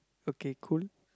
okay cool